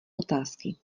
otázky